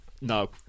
No